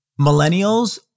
millennials